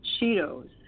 Cheetos